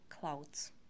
clouds